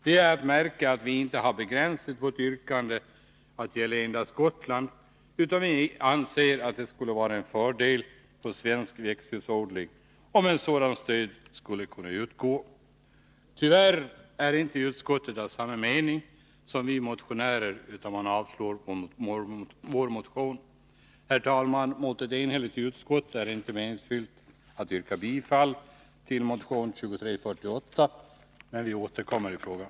Det är att märka att vi inte har begränsat vårt yrkande till att gälla endast Gotland, utan vi anser att det skulle vara en fördel för all svensk växthusodling om ett sådant stöd skulle kunna utgå. Tyvärr är inte utskottet av samma mening som vi motionärer, utan man vill avslå vår motion. Herr talman! Mot ett enhälligt utskott är det inte meningsfyllt att yrka bifall till motion 1981/82:2348. Men vi återkommer i frågan.